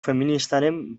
feministaren